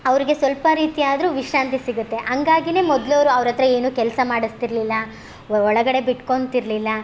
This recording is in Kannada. ಅವರಿಗೆ ಸ್ವಲ್ಪ ರೀತಿಯಾದರೂ ವಿಶ್ರಾಂತಿ ಸಿಗುತ್ತೆ ಹಾಗಾಗಿನೇ ಮೊದ್ಲು ಅವರು ಅವ್ರಹತ್ರ ಏನು ಕೆಲಸ ಮಾಡಿಸ್ತಿರ್ಲಿಲ್ಲ ಒಳಗಡೆ ಬಿಟ್ಕೊತಿರ್ಲಿಲ್ಲ